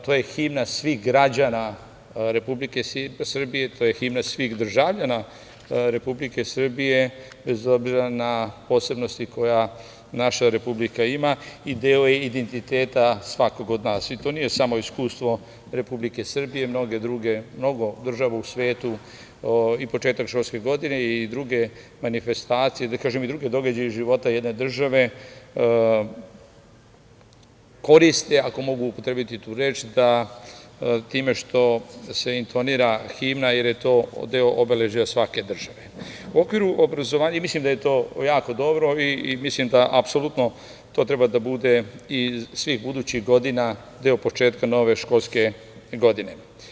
To je himna svih građana Republike Srbije, to je himna svih državljana Republike Srbije, bez obzira na posebnosti koje naša Republika ima i deo je identiteta svakog od nas i to nije samo iskustvo Republike Srbije, mnogo država u svetu i početak školske godine i druge manifestacije, da kažem, i druge događaje iz života jedne države koriste, ako mogu upotrebiti tu reč da time što se intonira himna, jer je to deo obeležja svake države u okviru obrazovanja, i mislim da je to jako dobro i mislim da apsolutno to treba da bude i svih budućih godina deo početka nove školske godine.